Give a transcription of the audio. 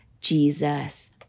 Jesus